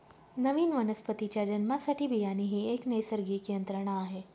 नवीन वनस्पतीच्या जन्मासाठी बियाणे ही एक नैसर्गिक यंत्रणा आहे